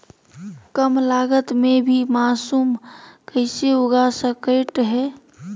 कम लगत मे भी मासूम कैसे उगा स्केट है?